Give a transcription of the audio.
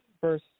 Verse